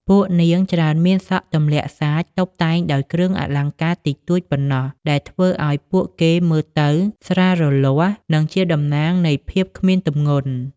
ពួកនាងច្រើនមាន សក់ទម្លាក់សាច តុបតែងដោយគ្រឿងអលង្ការតិចតួចប៉ុណ្ណោះ ដែលធ្វើឱ្យពួកគេមើលទៅស្រាលរលាស់ និងជាតំណាងនៃភាពគ្មានទម្ងន់។